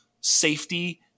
safety